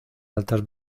altas